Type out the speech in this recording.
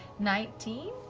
nineteen?